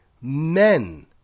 men